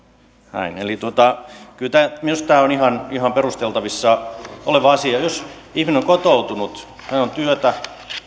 eli kyllä tämä minusta on ihan ihan perusteltavissa oleva asia jos ihminen on kotoutunut hänellä on työtä